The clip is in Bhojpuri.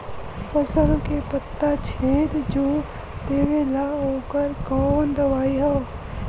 फसल के पत्ता छेद जो देवेला ओकर कवन दवाई ह?